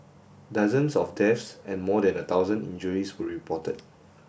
dozens of deaths and more than a thousand injuries were reported